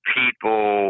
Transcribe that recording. people